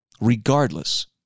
Regardless